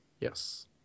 Yes